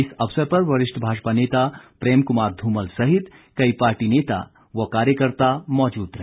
इस अवसर पर वरिष्ठ भाजपा नेता प्रेम कुमार ध्रमल सहित कई पार्टी नेता व कार्यकर्ता मौजूद रहे